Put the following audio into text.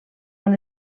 han